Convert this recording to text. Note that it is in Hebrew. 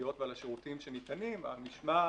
השנתיות ועל השירותים שניתנים על המשמעת,